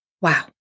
wow